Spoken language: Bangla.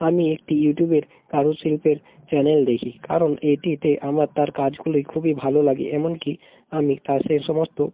আমি একটি ইউটিউবের কারুশিল্পের চ্যানেল দেখি কারণ এটিতে আমার তার কাজগুলোই খুবই ভালো লাগে এমন কি আমি তার সে সমস্ত